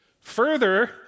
Further